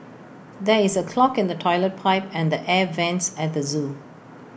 there is A clog in the Toilet Pipe and the air Vents at the Zoo